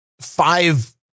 five